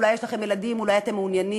אולי יש לכם ילדים, אולי אתם מעוניינים